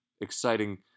exciting